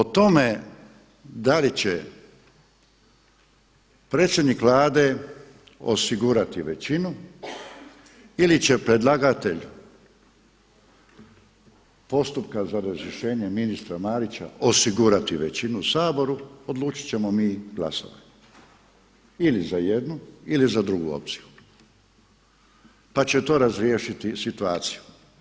O tome da li će predsjednik Vlade osigurati većinu ili će predlagatelj postupka za razrješenje ministra Marića osigurati većinu u Saboru odlučit ćemo mi glasovanjem ili za jednu ili za drugu opciju, pa će to razriješiti situaciju.